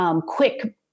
quick